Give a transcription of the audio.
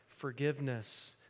Forgiveness